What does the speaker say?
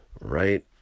right